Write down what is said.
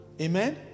Amen